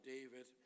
David